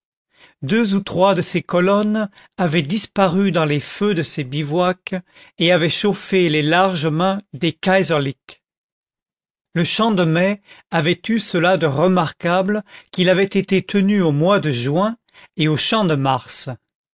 deux ou trois de ces colonnes avaient disparu dans les feux de ces bivouacs et avaient chauffé les larges mains des kaiserlicks le champ de mai avait eu cela de remarquable qu'il avait été tenu au mois de juin et au champ de mars